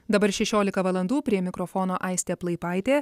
dabar šešiolika valandų prie mikrofono aistė plaipaitė